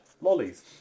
Lollies